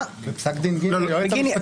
בפסק דין גיני לא הייתה אפשרות.